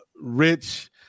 Rich